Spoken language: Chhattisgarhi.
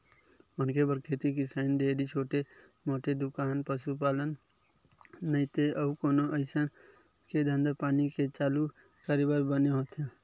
मनखे बर खेती किसानी, डेयरी, छोटे मोटे दुकान, पसुपालन नइते अउ कोनो अइसन के धंधापानी के चालू करे बर बने होथे